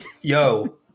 Yo